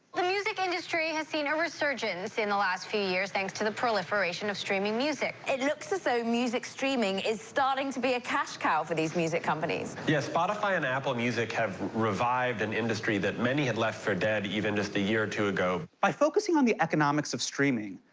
the music industry has seen a resurgence in the last few years thanks to the proliferation of streaming music. it looks as though so music streaming is starting to be a cash cow for these music companies. yeah, spotify and apple music have revived an industry that many had left for dead, even just a year or two ago. by focusing on the economics of streaming,